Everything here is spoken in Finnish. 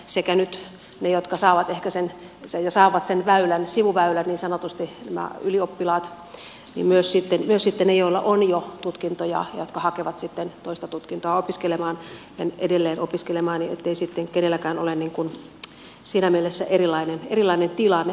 sekä ne jotka saavat ehkä sen sivuväylän niin sanotusti nämä ylioppilaat että myös sitten ne joilla on jo tutkintoja ja jotka hakevat sitten toista tutkintoa edelleen opiskelemaan ettei sitten kenelläkään ole niin kuin siinä mielessä erilainen tilanne